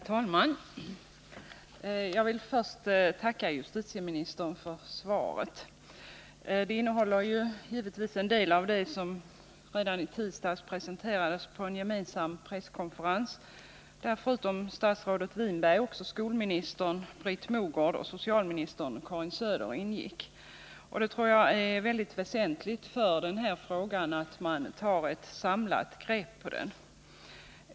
Herr talman! Jag vill först tacka justitieministern för svaret. Det innehåller givetvis en del av det som redan i tisdags presenterades vid en gemensam presskonferens, i vilken förutom statsrådet Winberg också skolministern Britt Mogård och socialministern Karin Söder deltog. Jag tror att det är väsentligt att man tar ett samlat grepp på den här frågan.